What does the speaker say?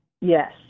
Yes